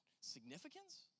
significance